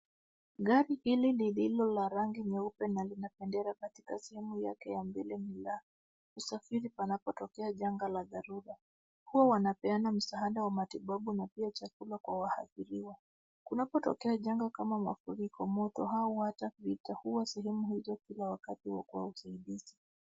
Gari hili lililo la rangi nyeupe na lina bendera katika sehemu yake ya mbele ni la usafiri panapotokea janga la dharura. Huwa wanapeana msaada wa matibabu na pia chakula kwa waathiriwa. Kunanapotokea janga kama mafuriko, moto au hata vita huwa sehemu hizo kila wakati wa usaidizi.